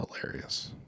Hilarious